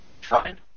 fine